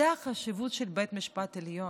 זו החשיבות של בית המשפט העליון,